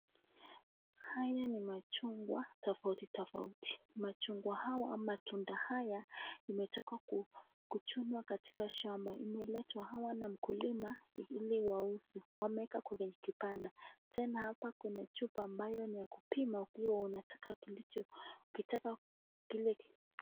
Haya ni machungwa tafauti tafauti. Machungwa hawa ama tunda haya, imetoka ku kuchunwa katika shamba. Imeletwa hawa na mkulima ni ili wa uze. Wameeka kenye kibanda. Tena hapa kuna chupa ambayo ni ya kupima ukiwa unataka kilicho ukitaka kile.